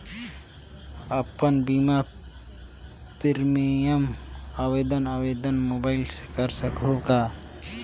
अपन बीमा प्रीमियम आवेदन आवेदन मोबाइल से कर सकहुं का?